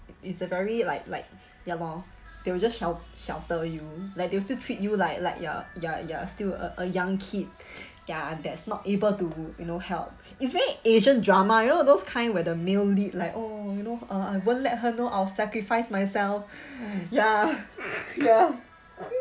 it's a very like like ya lor they will just shel~ shelter you like they will still treat you like like you are you are you are still a a young kid ya that's not able to you know help it's very asian drama you know those kind where the male lead like oh you know uh I won't let her know I'll sacrifice myself ya ya